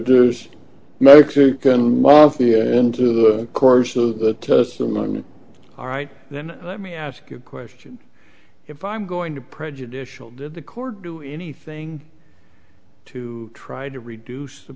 introduced mexicans and mafia into the course of the testimony all right then let me ask you a question if i'm going to prejudicial did the court do anything to try to reduce the